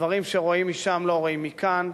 דברים שרואים משם לא רואים מכאן.